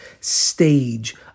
stage